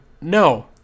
No